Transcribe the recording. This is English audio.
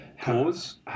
Pause